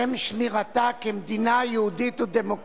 להגיע לציבור